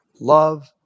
love